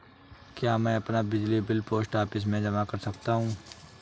क्या मैं अपना बिजली बिल पोस्ट ऑफिस में जमा कर सकता हूँ?